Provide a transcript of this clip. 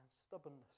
stubbornness